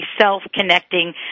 Self-Connecting